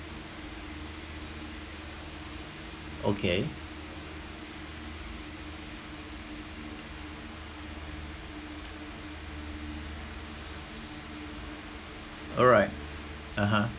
okay alright (uh huh)